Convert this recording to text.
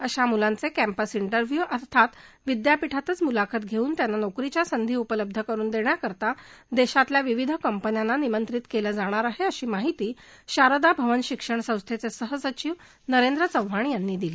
अशा मुलांचे campus interview अर्थात विद्यापीठातचं मुलाखती घेऊन त्यांना नोकरीच्या संधी उपलब्ध करून देण्याकरता देशातल्या विविध कंपन्यांना निमंत्रित केलं जाणार आहे अशी माहिती शारदा भवन शिक्षण संस्थेचे सहसचिव नरेंद्र चव्हाण यांनी दिली